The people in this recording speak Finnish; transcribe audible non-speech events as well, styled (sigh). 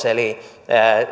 (unintelligible) eli